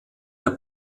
der